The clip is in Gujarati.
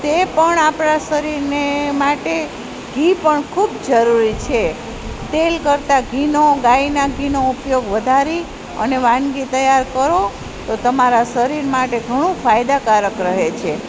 તે પણ આપણાં શરીરને માટે ઘી પણ ખૂબ જરૂરી છે તેલ કરતાં ઘીનો ગાયનાં ઘીનો ઉપયોગ વધારી અને વાનગી તૈયાર કરો તો તમારા શરીર માટે ઘણું ફાયદાકારક રહે છે